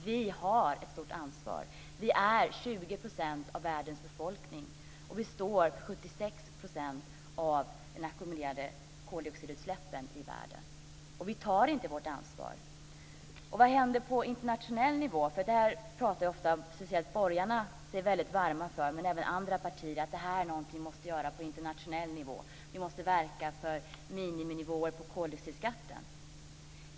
Vi har ett stort ansvar. Vi är 20 % av världens befolkning och vi står för 76 % av de ackumulerade koldioxidutsläppen i världen. Vi tar inte vårt ansvar. Vad händer på internationell nivå? Speciellt borgarna, men även andra partier, pratar sig varma för att detta är någonting som måste göras på internationell nivå. Vi måste verka för miniminivåer på koldioxidskatten.